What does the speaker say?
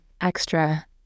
extra